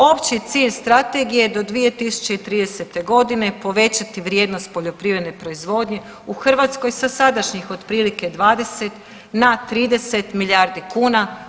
Opći cilj strategije do 2030. godine je povećati vrijednost poljoprivredne proizvodnje u Hrvatskoj sa sadašnjih otprilike 20 na 30 milijardi kuna.